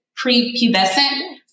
prepubescent